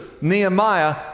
Nehemiah